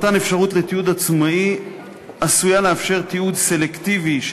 מתן אפשרות לתיעוד עצמאי עשוי לאפשר תיעוד סלקטיבי של